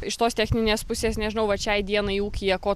iš tos techninės pusės nežinau vat šiai dienai ūkyje ko